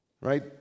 Right